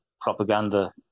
propaganda